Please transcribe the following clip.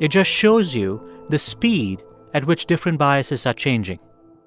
it just shows you the speed at which different biases are changing